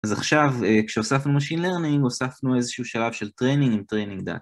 אז עכשיו כשאוספנו Machine Learning, אוספנו איזשהו שלב של Training עם Training.